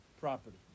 property